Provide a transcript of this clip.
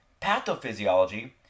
pathophysiology